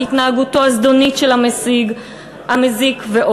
בהתנהגותו הזדונית של המזיק ועוד,